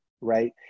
right